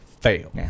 Fail